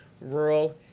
rural